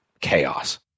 chaos